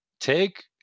take